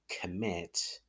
commit